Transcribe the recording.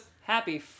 happy